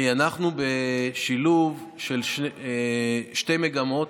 תראי, אנחנו בשילוב של שתי מגמות,